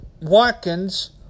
Watkins